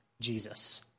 Jesus